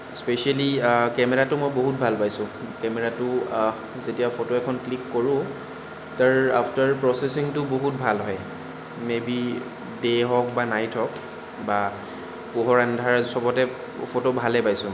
specially কেমেৰাটো মই বহুত ভাল পাইছোঁ কেমেৰাটো যেতিয়া ফটো এখন ক্লিক কৰোঁ তাৰ আফটাৰ প্ৰচেচিংটো বহুত ভাল হয় মে' বি ডে' হওক বা নাইট হওক বা পোহৰ এন্ধাৰ চবতে ফটো ভালেই পাইছোঁ মই